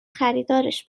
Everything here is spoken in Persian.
خریدارش